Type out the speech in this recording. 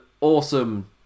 awesome